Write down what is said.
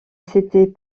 s’était